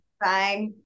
Bye